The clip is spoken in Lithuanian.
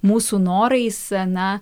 mūsų norais na